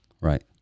Right